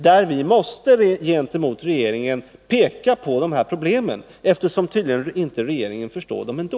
Därför måste vi gentemot regeringen peka på dessa problem, eftersom regeringen tydligen inte förstår dem annars.